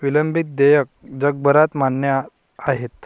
विलंबित देयके जगभरात मान्य आहेत